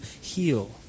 heal